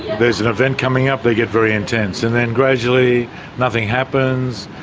there's an event coming up they get very intense and then gradually nothing happens,